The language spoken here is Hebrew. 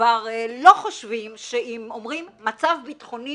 כבר לא חושבים שאם אומרים מצב ביטחוני